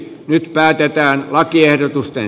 nyt päätetään lakiehdotusten